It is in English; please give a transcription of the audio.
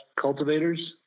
cultivators